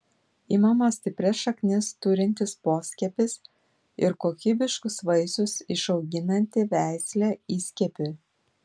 imamas stiprias šaknis turintis poskiepis ir kokybiškus vaisius išauginanti veislė įskiepiui